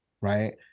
right